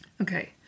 Okay